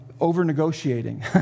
over-negotiating